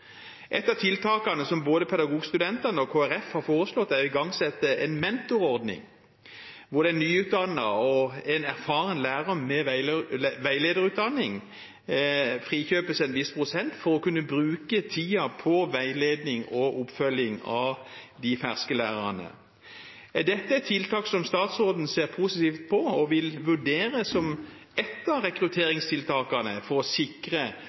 Et av tiltakene som både Pedagogstudentene og Kristelig Folkeparti har foreslått, er å igangsette en mentorordning, hvor en erfaren lærer med veilederutdanning frikjøpes en viss prosent for å kunne bruke tiden på veiledning og oppfølging av de ferske lærerne. Er dette et tiltak som statsråden ser positivt på, og vil vurdere som ett av rekrutteringstiltakene for å sikre